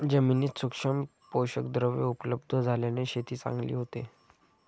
जमिनीत सूक्ष्म पोषकद्रव्ये उपलब्ध झाल्याने शेती चांगली होते